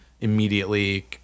immediately